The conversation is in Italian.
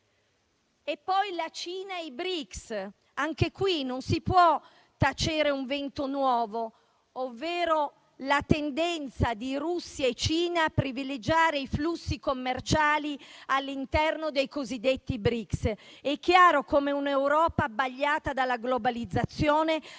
E poi la Cina e i BRICS; anche qui non si può tacere un vento nuovo, ovvero la tendenza di Russia e Cina a privilegiare i flussi commerciali all'interno dei cosiddetti BRICS. È chiaro come un'Europa abbagliata dalla globalizzazione